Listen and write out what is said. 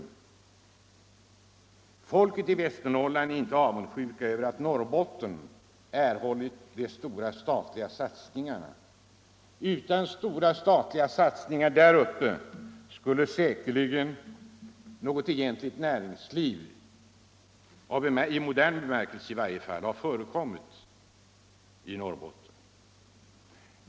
Människorna i Västernorrland är inte avundsjuka över att Norrbotten erhållit de stora statliga satsningarna. Utan samhällets insatser där uppe skulle något egentligt näringsliv i modern bemärkelse inte förekomma =Nr 23 i Norrbotten.